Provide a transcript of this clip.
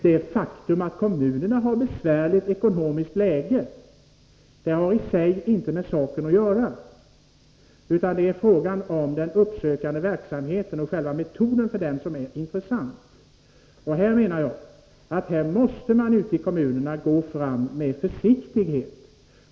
Det faktum att kommunerna har ett besvärligt ekonomiskt läge har inte i sig med saken att göra, utan det är metoden för den uppsökande verksamheten som är intressant. Jag menar att kommunerna i det avseendet måste gå fram med försiktighet.